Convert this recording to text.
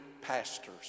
pastors